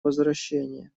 возвращение